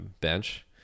bench